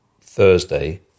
Thursday